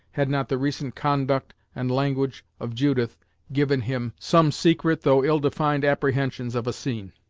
had not the recent conduct and language of judith given him some secret, though ill defined apprehensions of a scene.